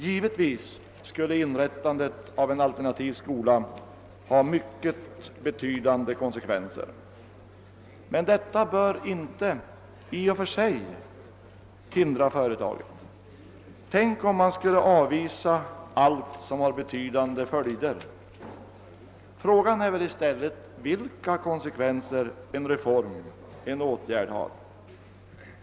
Givetvis skulle inrättandet av en alternativ skola ha mycket betydande konsekvenser, men detta bör inte i och för sig hindra företaget. Tänk om man skulle avvisa allt som har betydande följder! Frågan är väl i stället vilka konsekvenser en reform, en åtgärd, har.